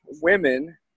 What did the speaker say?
women